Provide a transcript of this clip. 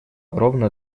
ровно